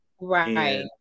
right